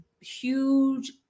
huge